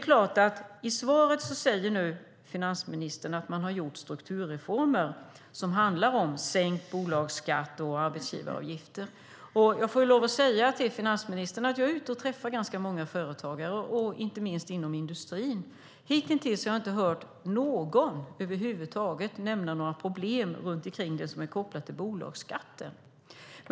Finansministern säger i svaret att man har gjort strukturreformer som handlar om sänkt bolagsskatt och arbetsgivaravgifter. Jag får lov att säga till finansministern att jag är ute och träffar ganska många företagare, inte minst inom industrin, och hittills har jag inte hört någon över huvud taget nämna några problem kopplade till bolagsskatten.